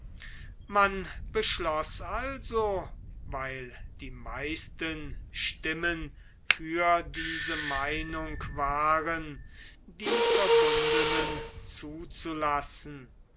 man beschloß also weil die meisten stimmen für diese meinung waren die verbundenen zuzulassen